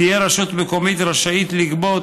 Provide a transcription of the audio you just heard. תהיה רשות מקומית רשאית לגבות,